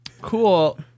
cool